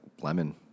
lemon